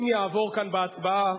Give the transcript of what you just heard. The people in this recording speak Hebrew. אם יעבור כאן בהצבעה,